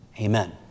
Amen